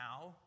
now